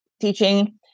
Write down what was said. teaching